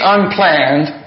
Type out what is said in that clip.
Unplanned